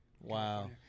Wow